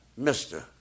Mr